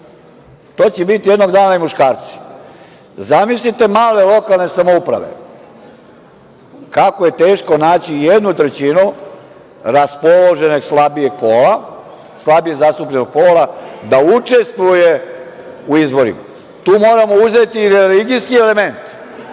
To će možda jednog dana biti i muškarci. Zamislite male lokalne samouprave, kako je teško naći jednu trećinu raspoloženog slabijeg pola, slabije zastupljenog pola da učestvuje u izborima. Tu moramo uzeti i religijski element.